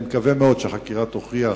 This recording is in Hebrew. אני מקווה מאוד שהחקירה תוכיח